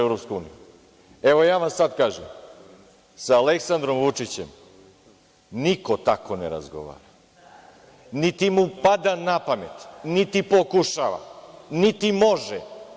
Evo ja vam sada kažem, sa Aleksandrom Vučićem niko tako ne razgovara, niti mu pada na pamet, niti pokušava, niti može.